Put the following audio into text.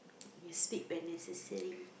you speak when necessary